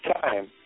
time